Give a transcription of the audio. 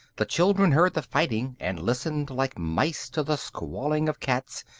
the children heard the fighting, and listened like mice to the squalling of cats,